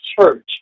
church